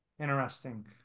Interesting